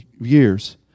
years